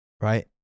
Right